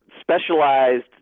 specialized